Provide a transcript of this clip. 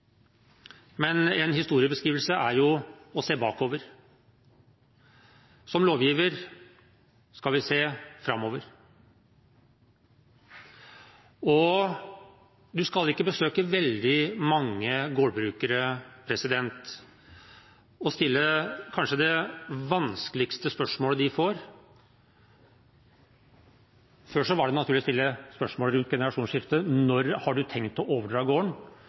men en historiebeskrivelse er å se bakover, og som lovgiver skal vi se framover. Man skal ikke besøke veldig mange gårdbrukere for å se hva som kanskje er det vanskeligste spørsmålet de får. Før var det naturligvis spørsmålet rundt generasjonsskiftet: Når har du tenkt å overdra gården?